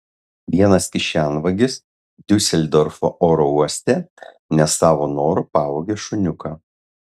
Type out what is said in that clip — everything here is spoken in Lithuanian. vienas kišenvagis diuseldorfo oro uoste ne savo noru pavogė šuniuką